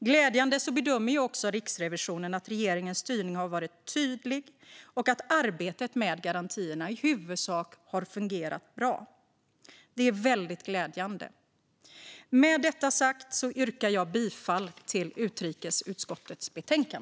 Riksrevisionen gör också bedömningen att regeringens styrning har varit tydlig och att arbetet med garantierna i huvudsak har fungerat bra. Det är väldigt glädjande. Med detta sagt yrkar jag bifall till utrikesutskottets förslag.